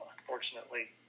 unfortunately